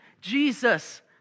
Jesus